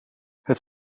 het